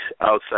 outside